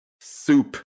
soup